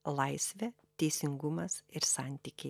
laisvė teisingumas ir santykiai